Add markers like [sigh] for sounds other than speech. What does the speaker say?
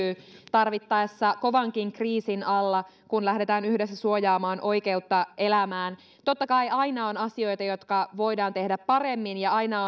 tarvittaessa kovankin kriisin alla kun lähdetään yhdessä suojaamaan oikeutta elämään totta kai aina on asioita jotka voidaan tehdä paremmin ja aina [unintelligible]